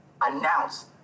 announce